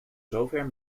zover